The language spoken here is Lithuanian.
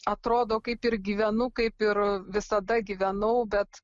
atrodo kaip ir gyvenu kaip ir visada gyvenau bet